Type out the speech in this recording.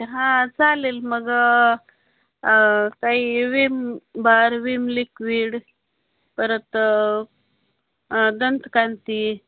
हां चालेल मग काही विम बार विम लिक्विड परत दंतकांती